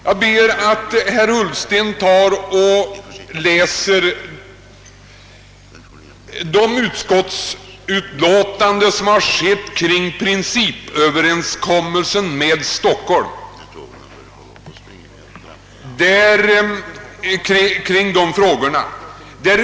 Jag ber att herr Ullsten läser de utskottsutlåtanden som skrivits om principöverenskommelsen med Stockholm och de därmed sammanhängande frågorna.